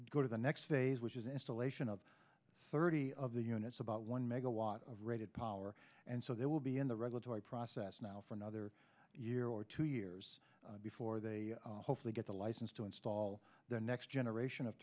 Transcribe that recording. go to the next phase which is installation of thirty of the units about one megawatt of rated power and so they will be in the regulatory process now for another year or two years before they hopefully get a license to install the next generation of